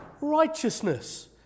Righteousness